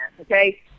okay